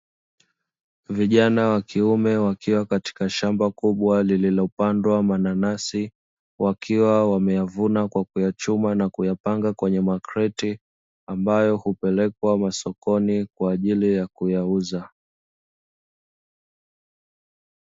Vijana wa kiume wakiwa katika shamba kubwa lililopandwa mananasi, wakiwa wameyavuna na kuyachuma kwa kuyapanga kwenye makreti, ambayo hupelekwa masokoni kwa ajili ya kuyauza.